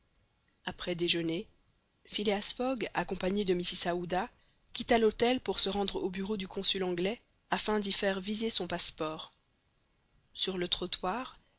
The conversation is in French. après déjeuner phileas fogg accompagné de mrs aouda quitta l'hôtel pour se rendre aux bureaux du consul anglais afin d'y faire viser son passeport sur le trottoir